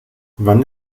wann